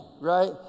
right